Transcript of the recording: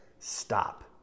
Stop